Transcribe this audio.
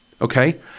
okay